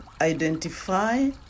identify